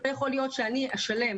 לא יכול להיות שאני א שלם